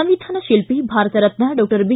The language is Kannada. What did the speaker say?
ಸಂವಿಧಾನ ಶಿಲ್ಪಿ ಭಾರತ ರತ್ನ ಡಾಕ್ಷರ್ ಬಿ